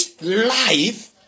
life